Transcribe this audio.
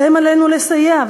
ולהם עלינו לסייע,